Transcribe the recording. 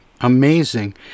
amazing